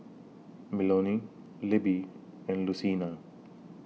Melonie Libby and Lucina